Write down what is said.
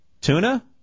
Tuna